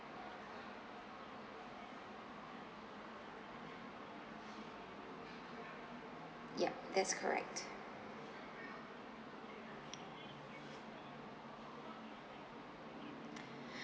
yup that's correct